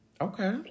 okay